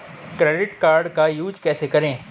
Credit card का use कैसे करें?